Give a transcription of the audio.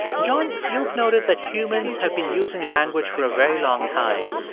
john, you've noted that humans have been using language for a very long time,